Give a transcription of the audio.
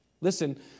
Listen